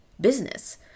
business